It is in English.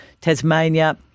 Tasmania